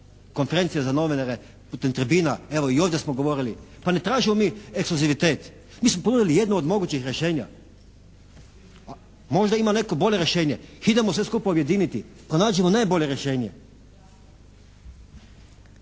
konferencije za novinare, putem tribina, evo i ovdje smo govorili, pa ne tražimo mi ekskluzivitet. Mi smo to unijeli jedno od mogućih rješenja. Možda ima neko bolje rješenje, idemo se skupa ujediniti, pronađimo najbolje rješenje.